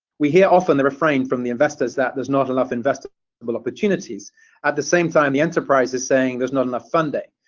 we hear often the refrain from the investors that there's not enough investable but opportunities at the same time the enterprise is saying there's not enough funding.